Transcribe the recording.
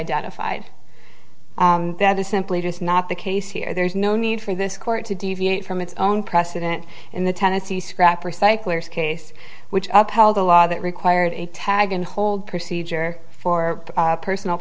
identified that is simply just not the case here there is no need for this court to deviate from its own precedent in the tennessee scrap recyclers case which up held a law that required a tag and hold procedure for personal